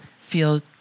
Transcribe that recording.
feel